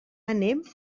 anem